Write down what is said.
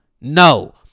No